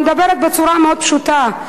אני מדברת בצורה פשוטה מאוד.